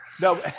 No